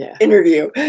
interview